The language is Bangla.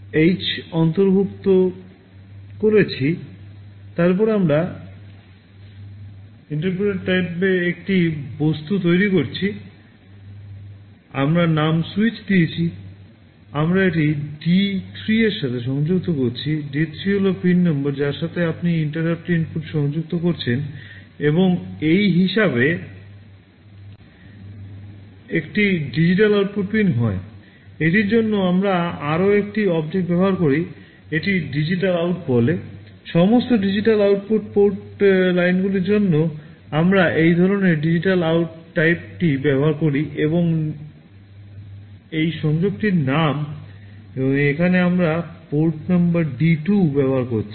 এইচ অন্তর্ভুক্ত করেছি তারপরে আমরা ইন্টারাপ্ট ইন টাইপটি ব্যবহার করি এবং এই সংযোগটির নাম এবং এখানে আমি পোর্ট নম্বর D 2 ব্যবহার করেছি